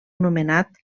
nomenat